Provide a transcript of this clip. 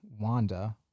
Wanda